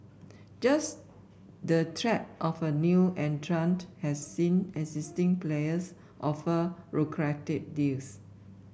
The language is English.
just the threat of a new entrant has seen existing players offer lucrative deals